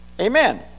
Amen